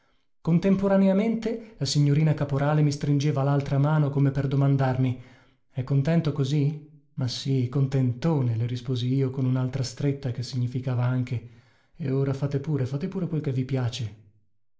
contemporaneamente la signorina caporale mi stringeva laltra mano come per domandarmi è contento così ma sì contentone le risposi io con unaltra stretta che significava anche e ora fate pure fate pure quel che vi piace